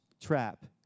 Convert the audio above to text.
trap